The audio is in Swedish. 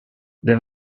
det